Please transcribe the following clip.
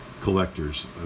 collectors